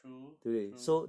true true